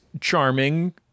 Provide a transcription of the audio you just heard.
charming